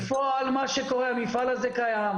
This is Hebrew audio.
המפעל הזה קיים,